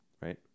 right